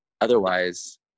Otherwise